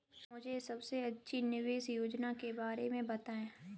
मुझे सबसे अच्छी निवेश योजना के बारे में बताएँ?